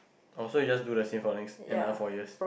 oh you just do the same for next another four years